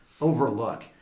overlook